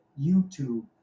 YouTube